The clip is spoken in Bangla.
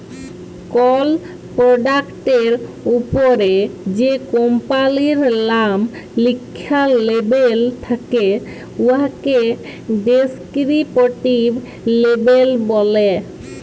কল পরডাক্টের উপরে যে কম্পালির লাম লিখ্যা লেবেল থ্যাকে উয়াকে ডেসকিরিপটিভ লেবেল ব্যলে